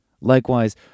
Likewise